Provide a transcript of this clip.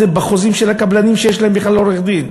בחוזים של הקבלנים שיש להם בכלל עורכי-דין.